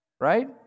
right